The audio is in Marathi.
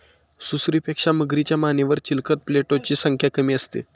सुसरीपेक्षा मगरीच्या मानेवर चिलखत प्लेटोची संख्या कमी असते